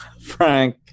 frank